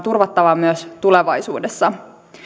turvattava myös tulevaisuudessa